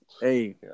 Hey